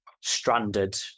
stranded